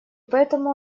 поэтому